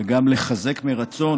וגם לחזק מרצון